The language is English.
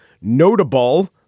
notable